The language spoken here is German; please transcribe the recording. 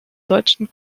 deutschen